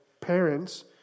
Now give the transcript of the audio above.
parents